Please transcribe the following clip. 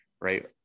right